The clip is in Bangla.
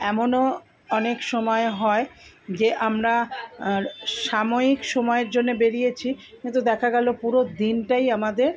এমনও অনেক সময়ে হয় যে আমরা সাময়িক সময়ের জন্যে বেরিয়েছি কিন্তু দেখা গেল পুরো দিনটাই আমাদের